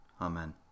Amen